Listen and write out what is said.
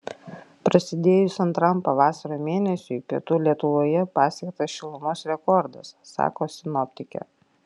prasidėjus antram pavasario mėnesiui pietų lietuvoje pasiektas šilumos rekordas sako sinoptikė